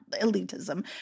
elitism